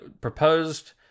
Proposed